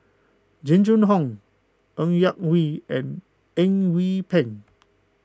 Jing Jun Hong Ng Yak Whee and Eng Yee Peng